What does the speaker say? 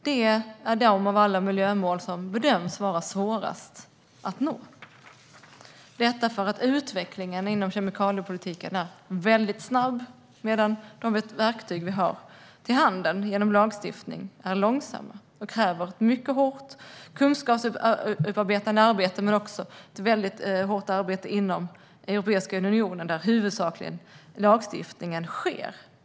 Det är det miljömål som bedöms vara svårast att nå, därför att utvecklingen inom kemikaliepolitiken är mycket snabb, medan de verktyg som vi har i fråga om lagstiftning är långsamma och kräver ett mycket hårt arbete med att få fram kunskap men också ett mycket hårt arbete inom Europeiska unionen, där lagstiftningen huvudsakligen sker.